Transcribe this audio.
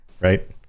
right